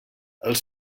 els